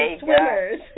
swimmers